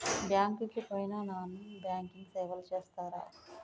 Bank కి పోయిన non banking సేవలు చేస్తరా?